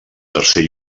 tercer